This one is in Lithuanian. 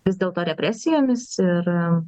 vis dėlto represijomis ir